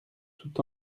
tout